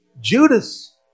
Judas